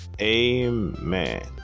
Amen